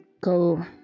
go